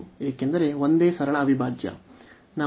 ಏಕೆಂದರೆ ಒಂದೇ ಸರಳ ಅವಿಭಾಜ್ಯ ನಾವು